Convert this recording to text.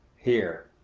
here,